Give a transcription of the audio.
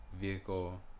vehicle